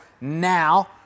now